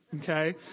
Okay